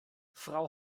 frau